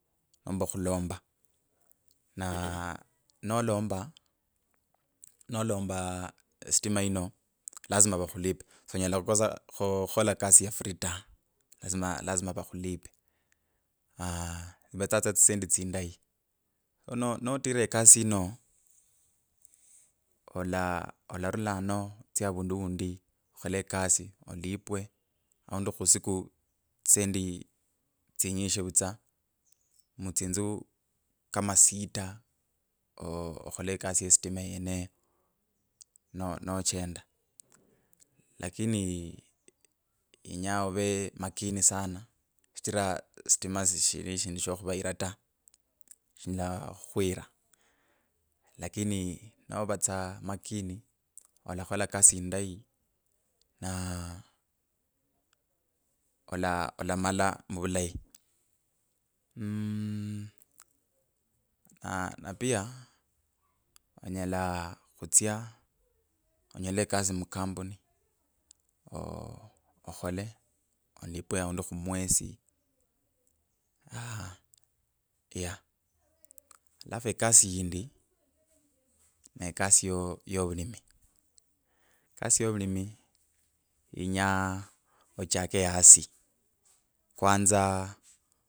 Ombu khulomba naa aa nolomba, nolomba stima ino, lazima vakhulipe. Sonyela khukosa khukhola kasi ya free ta, lasima, lasima vakhulipe. Alaah ivetsa tsa tsisendi. no no notira ekasi ino ola. ola alarula ano otse avandu undi, okhole ekasi, alipwe aundi khusuka tsisendi tsinyishi vutsa mutsinzu kama sita. ooo okhola ekasi ye stima yenye noo nachenda lakini inya ove makini sana shichira stima sishira shindu sho khuvaura ta shilaa khwira, lakini nova tsa makini ulakhola ekasi ndayi, na ala ola olamala muvulayi mmmmh, aaaah, na pia, onyela kutsya onyole ekasi mukampuni ooo okhole alipwe aundi khumwesi aaah yeah alafu ekasi yindi ne kasi yo yo vulimi, kasi yo vilimi yonyaa ochake yasi kwanza.